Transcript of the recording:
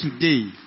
today